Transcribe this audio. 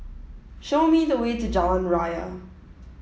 show me the way to Jalan Raya